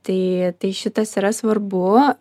tai tai šitas yra svarbu